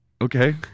Okay